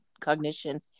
cognition